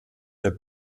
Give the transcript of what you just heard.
der